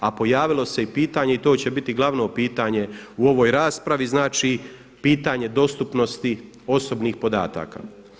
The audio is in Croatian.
A pojavilo se i pitanje i to će biti glavno pitanje u ovoj raspravi, znači pitanje dostupnosti osobnih podataka.